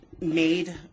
made